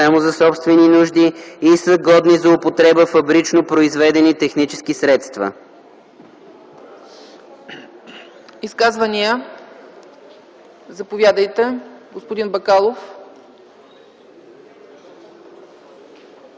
за собствени нужди и с годни за употреба, фабрично произведени технически средства.”